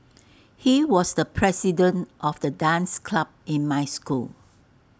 he was the president of the dance club in my school